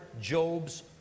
Job's